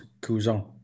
cousin